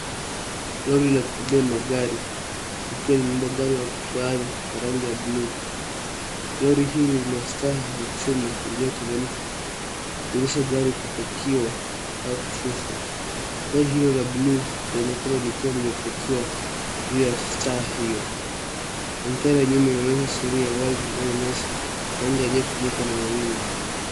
Lori la kubebea magari, ikiwa imebeba gari ya kifahari ya rangi ya buluu. Lori hii lina staha ya chuma iliyoteremka kuwezesha gari kupakiwa au kushushwa. Gari hilo la buluu inaonekana likiwa limepakiwa juu ya staha hio. Mandhari ya nyuma inaonyesha sehemu ya wazi yenye nyasi na anga ndefu Iko na mawingu.